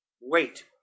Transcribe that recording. Wait